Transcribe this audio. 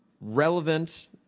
relevant